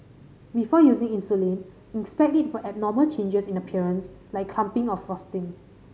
before using insulin inspect it for abnormal changes in appearance like clumping or frosting